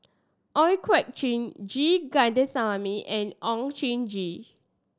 Ooi Kok Chuen G Kandasamy and Oon Jin Gee